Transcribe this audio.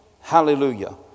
Hallelujah